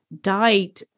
died